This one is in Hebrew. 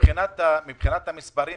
מבחינת המספרים,